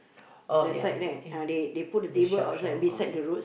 oh ya okay the shop shop one